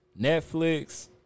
Netflix